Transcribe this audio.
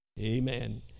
Amen